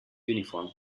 uniform